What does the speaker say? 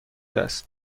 است